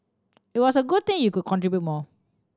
it was a good thing you could contribute more